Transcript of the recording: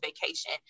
vacation